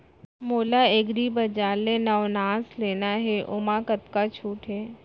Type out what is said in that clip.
मोला एग्रीबजार ले नवनास लेना हे ओमा कतका छूट हे?